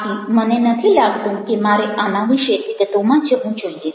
આથી મને નથી લાગતું કે મારે આના વિશે વિગતોમાં જવું જોઇએ